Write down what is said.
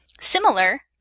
Similar